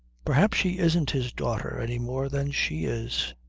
perhaps she isn't his daughter any more than she is.